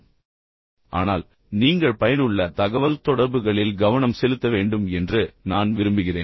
எனவே பொதுவாக நீங்கள் தகவல்தொடர்புகளைப் பற்றி சிந்திக்கிறீர்கள் ஆனால் நீங்கள் பயனுள்ள தகவல்தொடர்புகளில் கவனம் செலுத்த வேண்டும் என்று நான் விரும்புகிறேன்